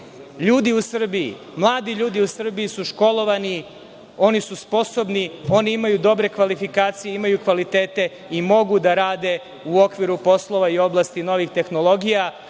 ljudi u Srbiji, mladi ljudi u Srbiji, su školovani, oni su sposobni, oni imaju dobre kvalifikacije, imaju kvalitete i mogu da rade u okviru poslova i oblasti novih tehnologija.